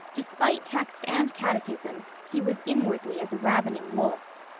despite text and catechism, he was inwardly as a ravening wolf.